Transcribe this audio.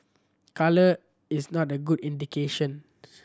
colour is not a good indication